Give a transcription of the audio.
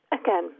again